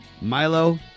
Milo